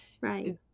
right